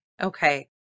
Okay